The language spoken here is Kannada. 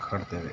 ಕಾಣ್ತೇವೆ